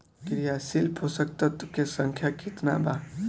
क्रियाशील पोषक तत्व के संख्या कितना बा?